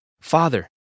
Father